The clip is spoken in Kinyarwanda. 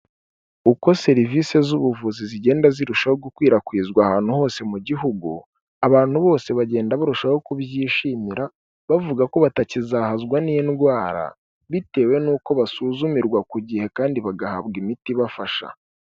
Uko serivisi z'ubuvuzi zigenda zirushaho gukwirakwizwa ahantu hose mu gihugu, abantu bose bagenda barushaho kubyishimira, bavuga ko batakizahazwa n'indwara, bitewe n'uko basuzumirwa ku gihe kandi bagahabwa imiti ibafasha.